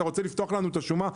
אתה רוצה לפתוח לנו את השומה?